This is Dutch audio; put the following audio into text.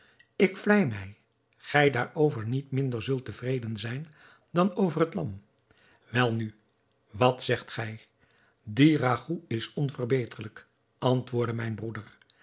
ik vlei mij gij daarover niet minder zult te vreden zijn dan over het lam welnu wat zegt gij die ragout is onverbeterlijk antwoordde mijn broeder